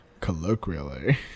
Colloquially